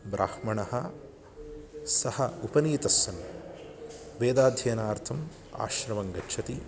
ब्राह्मणः सः उपनीतस्सन् वेदाध्ययनार्थम् आश्रमं गच्छति